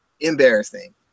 embarrassing